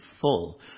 full